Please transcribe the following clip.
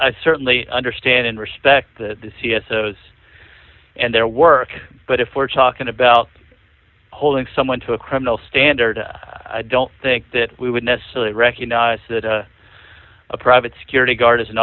certainly understand and respect the c s o those and their work but if we're talking about holding someone to a criminal standard i don't think that we would necessarily recognize that a private security guard is an